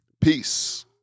Peace